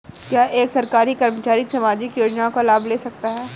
क्या एक सरकारी कर्मचारी सामाजिक योजना का लाभ ले सकता है?